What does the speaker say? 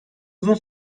uzun